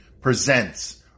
presents